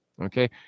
okay